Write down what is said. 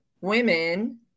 women